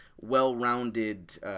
well-rounded